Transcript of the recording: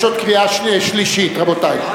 עוד קריאה שלישית, רבותי.